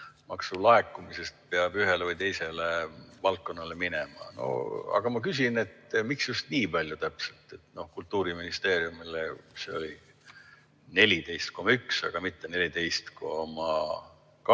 laekumisest peab ühele või teisele valdkonnale minema. Aga ma küsin, miks just nii palju täpselt: Kultuuriministeeriumile oli 14,1, aga mitte 14,2